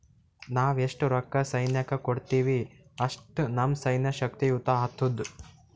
ನಾವ್ ಎಸ್ಟ್ ರೊಕ್ಕಾ ಸೈನ್ಯಕ್ಕ ಕೊಡ್ತೀವಿ, ಅಷ್ಟ ನಮ್ ಸೈನ್ಯ ಶಕ್ತಿಯುತ ಆತ್ತುದ್